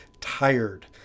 tired